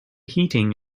heating